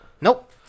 Nope